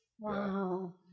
Wow